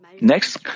Next